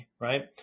Right